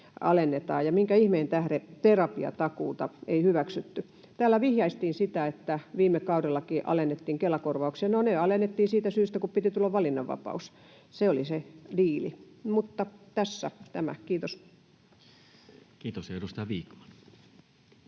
ja minkä ihmeen tähden terapiatakuuta ei hyväksytty? Täällä vihjaistiin, että viime kaudellakin alennettiin Kela-korvauksia. No, ne alennettiin siitä syystä, kun piti tulla valinnanvapaus. Se oli se diili, mutta tässä tämä.